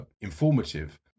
informative